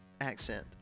accent